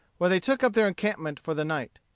where they took up their encampment for the night.